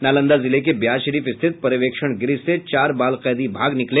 नालंदा जिले के बिहारशरीफ स्थित पर्यवेक्षण गृह से चार बाल कैदी भाग निकले